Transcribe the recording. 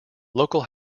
local